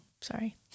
Sorry